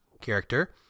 character